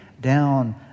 down